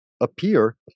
appear